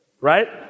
Right